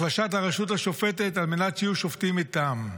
החלשת הרשות השופטת על מנת שיהיו שופטים מטעם.